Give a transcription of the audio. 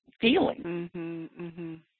feeling